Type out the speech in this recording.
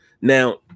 Now